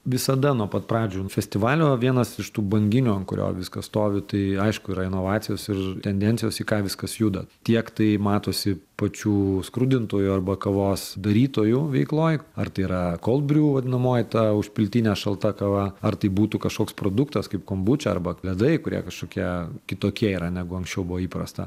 visada nuo pat pradžių festivalio vienas iš tų banginių ant kurio viskas stovi tai aišku yra inovacijos ir tendencijos į ką viskas juda tiek tai matosi pačių skrudintojų arba kavos darytojų veikloj ar tai yra kold briu vadinamoji ta užpiltinė šalta kava ar tai būtų kažkoks produktas kaip kombuča arba ledai kurie kažkokie kitokie yra negu anksčiau buvo įprasta